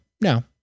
No